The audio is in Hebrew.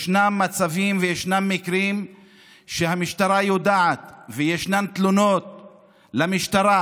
ישנם מצבים וישנם מקרים שהמשטרה יודעת וישנן תלונות למשטרה,